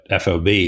FOB